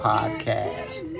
Podcast